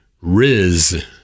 Riz